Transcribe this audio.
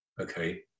okay